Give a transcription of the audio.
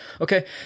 Okay